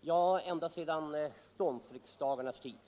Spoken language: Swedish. ja, ända sedan ståndsriksdagarnas tid.